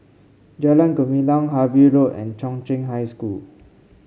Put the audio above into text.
Jalan Gumilang Harvey Road and Chung Cheng High School